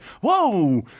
whoa